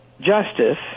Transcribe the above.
justice